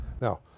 Now